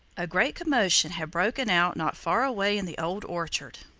a great commotion had broken out not far away in the old orchard.